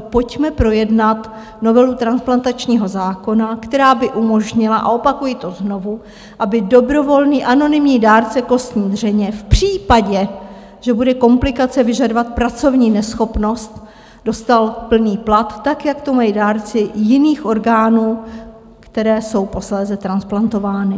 pojďme projednat novelu transplantačního zákona, která by umožnila, a opakuji to znovu, aby dobrovolný anonymní dárce kostní dřeně v případě, že bude komplikace vyžadovat pracovní neschopnost, dostal plný plat tak, jak to mají dárci jiných orgánů, které jsou posléze transplantovány.